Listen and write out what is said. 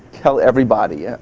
tell everybody.